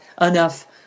enough